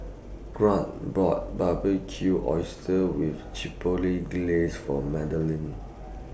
Grant bought Barbecued Oysters with Chipotle Glaze For Madlyn